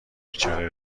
بیچاره